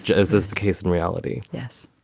as is the case in reality yes,